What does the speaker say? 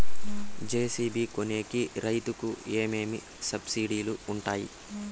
JCB కొనేకి రైతుకు ఏమేమి సబ్సిడి లు వుంటాయి?